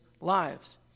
lives